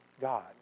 God